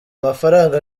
mafaranga